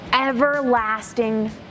everlasting